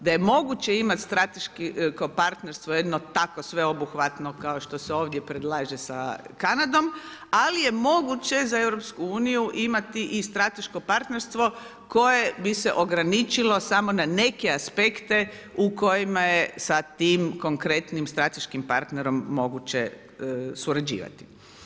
Da je moguće imati strateški, kao partnerstvo, jedno takvo sveobuhvatno, kao što se ovdje prelaže sa Kanadom, ali je moguće za EU, imati i strateško partnerstvo, koje bi se ograničilo samo na neke aspekte u kojima je sa tim konkretnim strateškim partnerom moguće surađivati.